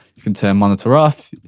you can turn monitor off,